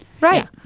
Right